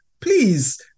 please